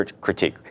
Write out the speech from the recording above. critique